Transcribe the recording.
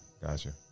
Gotcha